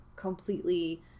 completely